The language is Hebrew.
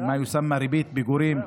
הריביות, מה שנקרא ריבית פיגורים,